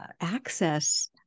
access